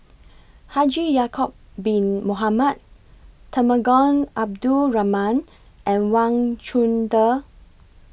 Haji Ya'Acob Bin Mohamed Temenggong Abdul Rahman and Wang Chunde